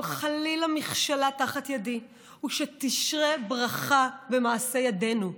חלילה מכשלה תחת ידי ושתשרה ברכה במעשה ידינו,